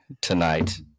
tonight